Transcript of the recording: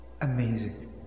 Amazing